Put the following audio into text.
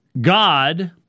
God